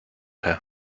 her